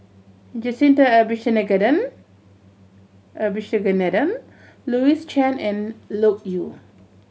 Jacintha Abisheganaden Louis Chen and Loke Yew